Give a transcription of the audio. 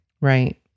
Right